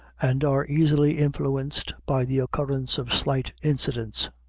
and are easily influenced by the occurrence of slight incidents,